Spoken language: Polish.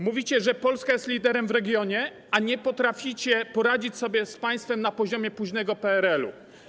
Mówicie, że Polska jest liderem w regionie, a nie potraficie poradzić sobie z państwem na poziomie późnego PRL-u.